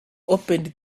opened